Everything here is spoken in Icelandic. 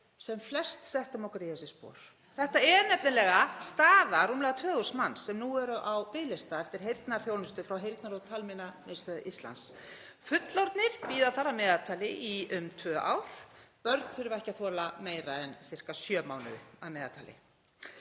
sem flest okkar settum okkur í þessi spor. Þetta er nefnilega staða rúmlega 2.000 manns sem nú eru á biðlista eftir heyrnarþjónustu frá Heyrnar- og talmeinastöð Íslands. Fullorðnir bíða þar að meðaltali í um tvö ár. Börn þurfa ekki að þola meira en sirka sjö mánuði að meðaltali.